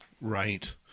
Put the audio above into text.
Right